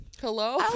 Hello